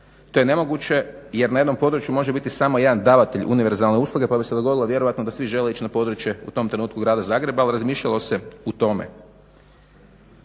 to je nemoguće jer na jednom području može biti samo jedan davatelj univerzalne usluge pa bi se dogodilo vjerojatno da svi žele ići na područje u tom trenutku Grada Zagreba al razmišljalo se o tome.